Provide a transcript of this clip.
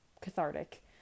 cathartic